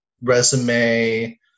resume